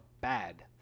bad